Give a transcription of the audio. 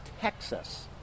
Texas